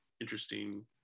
interesting